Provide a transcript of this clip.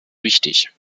wichtig